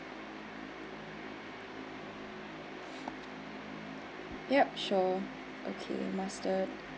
yup sure okay mustard